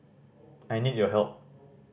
I need your help